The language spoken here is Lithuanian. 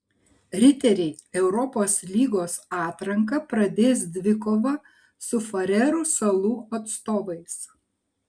riteriai europos lygos atranką pradės dvikova su farerų salų atstovais